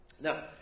Now